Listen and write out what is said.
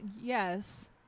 Yes